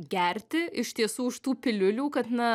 gerti iš tiesų iš tų piliulių kad na